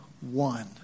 one